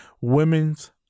Women's